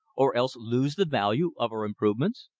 or else lose the value of our improvements?